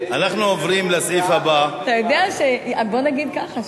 בוא נגיד ככה,